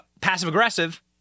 passive-aggressive